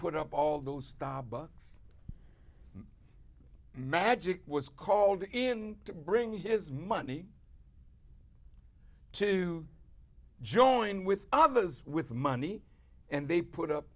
put up all those stop books magic was called in to bring his money to join with others with money and they put up